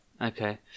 Okay